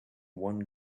one